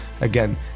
Again